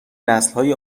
نسلهای